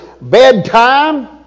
bedtime